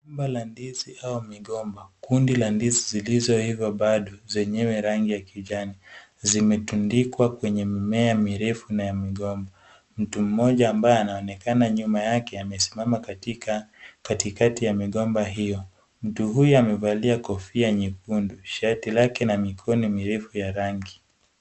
Shamba la ndizi au migomba. Kundi la ndizi zilizo iva bado zenyewe rangi ya kijani, zimetundikwa kwenye mimea mirefu na ya migomba. Mtu mmoja ambaye anaonekana nyuma yake amesimama katika katikati ya migomba hiyo. Mtu huyo amevalia kofia nyekundu. Shati lake na mikono mirefu ya rangi.